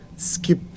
skip